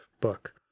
book